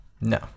No